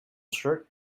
shirt